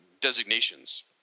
designations